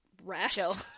rest